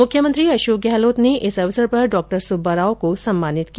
मुख्यमंत्री अशोक गहलोत ने इस अवसर पर डॉ सुब्बाराव को सम्मानित किया